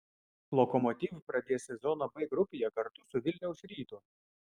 lokomotiv pradės sezoną b grupėje kartu su vilniaus rytu